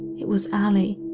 it was allie.